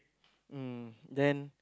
mm then